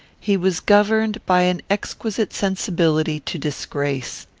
he was governed by an exquisite sensibility to disgrace.